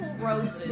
roses